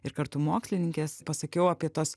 ir kartu mokslininkės pasakiau apie tuos